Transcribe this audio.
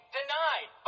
denied